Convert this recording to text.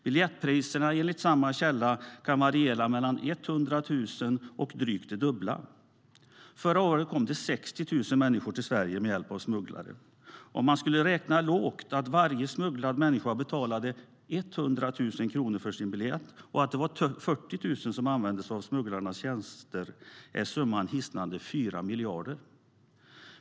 Biljettpriserna kan enligt samma källa variera mellan 100 000 och drygt det dubbla. Förra året kom det 60 000 människor till Sverige med hjälp av smugglare. Om man räknar lågt, att varje smugglad människa betalar 100 000 för sin biljett och att det är 40 000 som använder sig av smugglarnas tjänster, är summan ändå hisnande 4 miljarder.